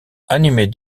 anime